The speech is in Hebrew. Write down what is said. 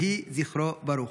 יהי זכרו ברוך.